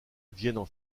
viennent